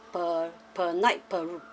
per per night per